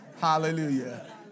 Hallelujah